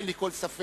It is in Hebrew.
אין לי כל ספק,